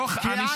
איך הוא מדבר?